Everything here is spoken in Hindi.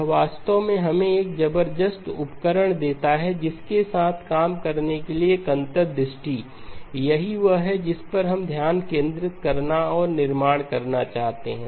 यह वास्तव में हमें एक ज़बरदस्त उपकरण देता है जिसके साथ काम करने के लिए एक अंतर्दृष्टि यही वह है जिस पर हम ध्यान केंद्रित करना और निर्माण करना चाहते हैं